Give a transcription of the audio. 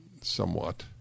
somewhat